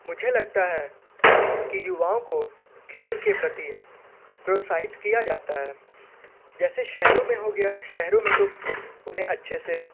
मुझे लगता है कि युवाओं को खेल के प्रति प्रोत्साहित किया जाता है जैसे शहरों में हो गया शहरों में तो उन्हें अच्छे से